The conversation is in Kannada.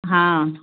ಹಾಂ